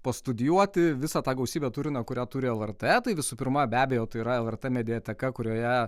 pastudijuoti visą tą gausybę turinio kurią turi lrt tai visų pirma be abejo tai yra lrt mediateka kurioje